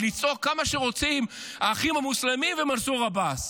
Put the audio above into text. ולצעוק כמה שרוצים "האחים המוסלמים" ו"מנסור עבאס".